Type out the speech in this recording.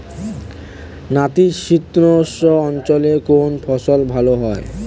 নাতিশীতোষ্ণ অঞ্চলে কোন ফসল ভালো হয়?